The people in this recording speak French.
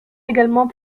également